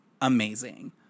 amazing